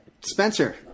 Spencer